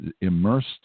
immersed